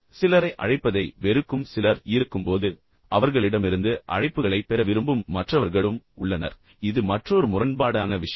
பின்னர் சிலரை அழைப்பதை வெறுக்கும் சிலர் இருக்கும்போது அவர்களிடமிருந்து அழைப்புகளைப் பெற விரும்பும் மற்றவர்களும் உள்ளனர் இது மற்றொரு முரண்பாடான விஷயம்